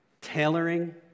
tailoring